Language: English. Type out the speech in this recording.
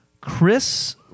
Chris